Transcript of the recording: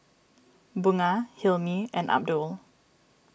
Bunga Hilmi and Abdul